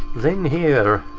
thing here.